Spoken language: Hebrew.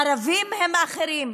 ערבים הם אחרים,